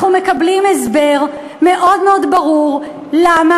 אנחנו מקבלים הסבר מאוד מאוד ברור למה